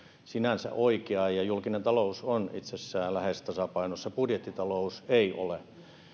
sinänsä oikea ja julkinen talous on itsessään lähes tasapainossa budjettitalous ei ole